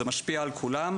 זה משפיע על כולם.